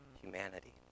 humanity